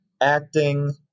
acting